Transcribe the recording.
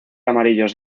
amarillos